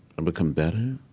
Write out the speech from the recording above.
and become better.